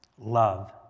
Love